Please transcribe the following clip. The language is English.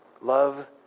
Love